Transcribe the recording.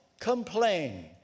complain